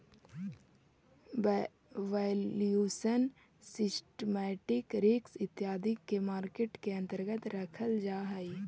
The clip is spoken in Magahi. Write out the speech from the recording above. वैल्यूएशन, सिस्टमैटिक रिस्क इत्यादि के मार्केट के अंतर्गत रखल जा हई